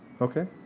Okay